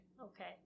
okay